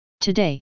Today